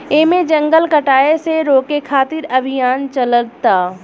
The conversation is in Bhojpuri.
एमे जंगल कटाये से रोके खातिर अभियान चलता